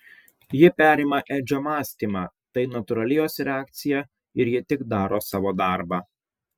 ji perima edžio mąstymą tai natūrali jos reakcija ir ji tik daro savo darbą